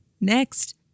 next